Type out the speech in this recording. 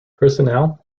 personnel